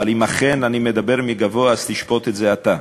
אבל אם אכן אני מדבר מגבוה, אז תשפוט את זה אתה.